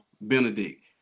Benedict